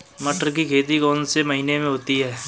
मटर की खेती कौन से महीने में होती है?